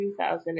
2008